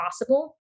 possible